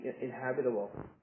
inhabitable